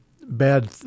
bad